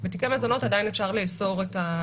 גם במצבים שבהם מגיעים בסופו של יום להוצאת פריטים מביתו של